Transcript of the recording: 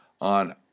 on